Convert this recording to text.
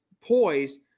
poised